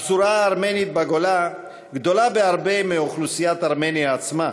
הפזורה הארמנית בגולה גדולה בהרבה מאוכלוסיית ארמניה עצמה,